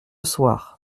soir